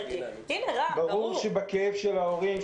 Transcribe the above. ברור שלגבי הכאב של ההורים,